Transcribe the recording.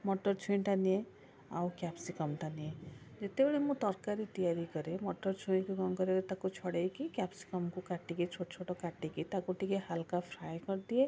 ମଟର ଛୁଇଁଟା ନିଏ ଆଉ କ୍ୟାପ୍ସିକମ୍ଟା ନିଏ ଯେତେବେଳେ ମୁଁ ତରକାରୀ ତିଆରି କରେ ମଟର ଛୁଇଁକୁ କ'ଣ କରେ ତାକୁ ଛଡ଼େଇକି କ୍ୟାପ୍ସିକମ୍କୁ କାଟିକି ଛୋଟ ଛୋଟ କାଟିକି ତାକୁ ଟିକିଏ ହାଲକା ଫ୍ରାଏ୍ କରିଦିଏ